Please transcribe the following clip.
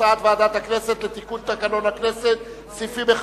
הצעת ועדת הכנסת לתיקון סעיפים 1,